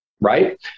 right